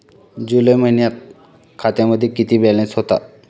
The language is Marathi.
जुलै महिन्यात खात्यामध्ये किती बॅलन्स होता?